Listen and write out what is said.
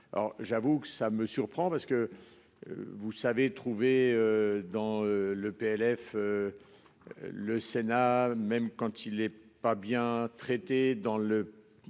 j'avoue que ça me surprend parce que. Vous savez, trouver dans le PLF. Le Sénat, même quand il est pas bien traité dans le